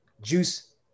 juice